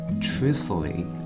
truthfully